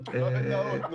פתרון.